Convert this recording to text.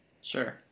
Sure